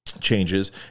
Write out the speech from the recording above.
changes